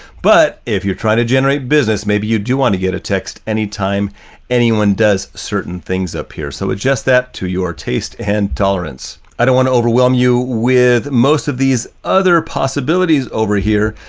but if you're trying to generate business, maybe you do want to get a text anytime anyone does certain things up here. so adjust that to your taste and tolerance. i don't want to overwhelm you with most of these other possibilities over here,